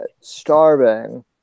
starving